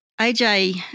AJ